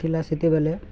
ଥିଲା ସେତେବେଲେ